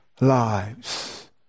lives